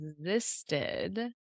existed